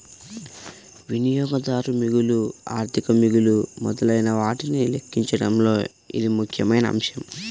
వినియోగదారు మిగులు, ఆర్థిక మిగులు మొదలైనవాటిని లెక్కించడంలో ఇది ముఖ్యమైన అంశం